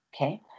okay